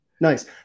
nice